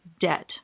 debt